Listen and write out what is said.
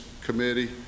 committee